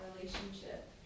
relationship